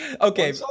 okay